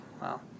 Wow